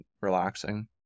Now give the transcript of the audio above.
relaxing